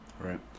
Right